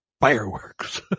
Fireworks